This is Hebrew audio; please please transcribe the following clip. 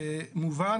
מובן